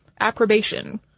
approbation